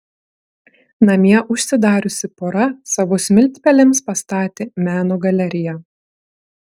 namie užsidariusi pora savo smiltpelėms pastatė meno galeriją